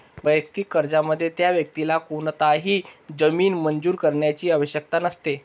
वैयक्तिक कर्जामध्ये, त्या व्यक्तीला कोणताही जामीन मंजूर करण्याची आवश्यकता नसते